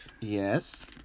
Yes